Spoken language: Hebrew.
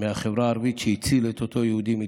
מהחברה הערבית, שהציל את אותו יהודי מטבריה,